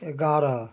ग्यारह